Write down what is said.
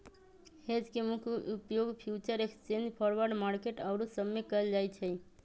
hedge के मुख्य उपयोग फ्यूचर एक्सचेंज, फॉरवर्ड मार्केट आउरो सब में कएल जाइ छइ